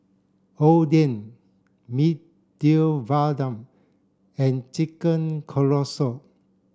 Oden Medu Vada and Chicken Casserole